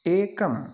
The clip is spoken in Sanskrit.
एकम्